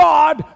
God